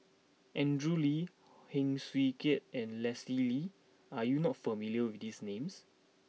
Andrew Lee Heng Swee Keat and Leslie Kee are you not familiar with these names